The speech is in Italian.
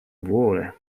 vuole